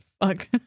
Fuck